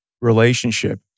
relationship